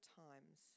times